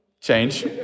Change